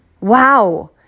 wow